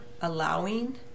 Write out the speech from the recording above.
allowing